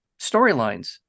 storylines